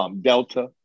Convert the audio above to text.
Delta